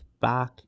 back